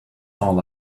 all